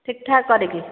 ଠିକ୍ ଠାକ୍ କରିକି